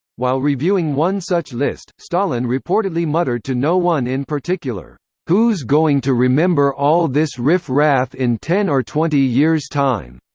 while reviewing one such list, stalin reportedly muttered to no one in particular who's going to remember all this riff-raff in ten or twenty years time?